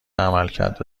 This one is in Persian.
عملکرد